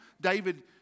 David